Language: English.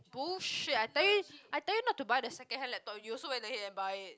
bullshit I tell you I tell you not to buy the secondhand laptop you also went ahead and buy it